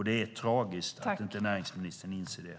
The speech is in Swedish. Det är tragiskt att näringsministern inte inser det.